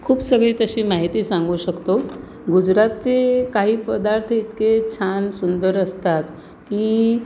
खूप सगळी तशी माहिती सांगू शकतो गुजरातचे काही पदार्थ इतके छान सुंदर असतात की